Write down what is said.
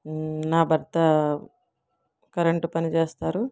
నా భర్త కరెంట్ పని చేస్తారు